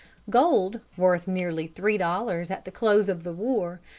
gold, worth nearly three dollars at the close of the war,